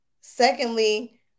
Secondly